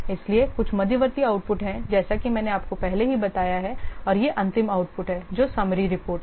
इसलिए कुछ मध्यवर्ती आउटपुट हैं जैसा कि मैंने आपको पहले ही बताया है और यह अंतिम आउटपुट है जो समरी रिपोर्ट है